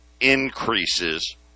increases